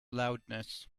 loudness